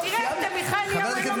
תראה את עמיחי אליהו, אין לו מקום.